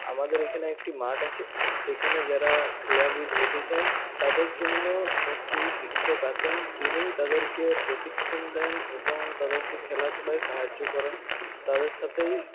আমাদের এখানে একটি মাঠ আছে সেখানে যারা ক্রীড়াবিদ হতে চায় তাদের জন্য একটি শিক্ষক আসেন তিনিই তাদেরকে প্রশিক্ষণ দেন এবং তাদেরকে খেলাধুলায় সাহায্য করেন তাদের সাথেই